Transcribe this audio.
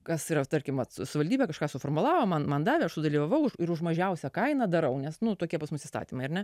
kas yra tarkim savivaldybė kažką suformulavo man man davė aš dalyvavau ir už mažiausią kainą darau nes nu tokie bus mūsų įstatymai ar ne